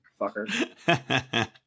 fucker